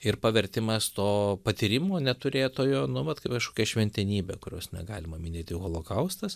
ir pavertimas to patyrimo neturėtojo nu vat kaip kažkokia šventenybe kurios negalima minėti holokaustas